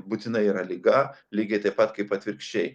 būtinai yra liga lygiai taip pat kaip atvirkščiai